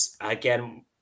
again